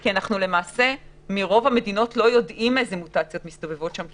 כי למעשה אנחנו לא יודעים איזה מוטציות מסתובבות ברוב המדינות,